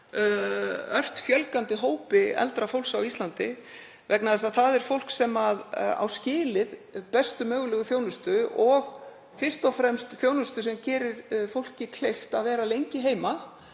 ört stækkandi hópi eldra fólks á Íslandi. Það er fólk sem á skilið bestu mögulegu þjónustu og fyrst og fremst þjónustu sem gerir fólki kleift að vera lengi heima,